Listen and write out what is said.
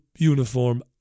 uniform